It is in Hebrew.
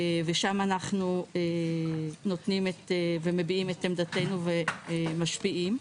ושם אנחנו מביעים את עמדתנו ומשפיעים.